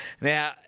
Now